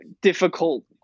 difficult